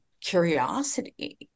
curiosity